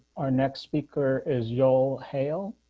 our next speaker is joel hale.